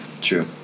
true